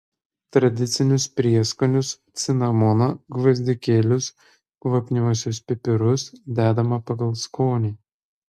tradicinius prieskonius cinamoną gvazdikėlius kvapniuosius pipirus dedama pagal skonį